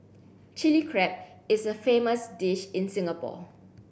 Chilli Crab is a famous dish in Singapore